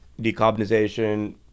decarbonization